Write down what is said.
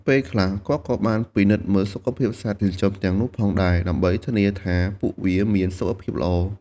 ពេលខ្លះ គាត់ក៏បានពិនិត្យមើលសុខភាពសត្វចិញ្ចឹមទាំងនោះផងដែរ ដើម្បីធានាថាពួកវាមានសុខភាពល្អ។